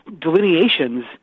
delineations